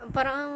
Parang